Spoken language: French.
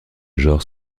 genre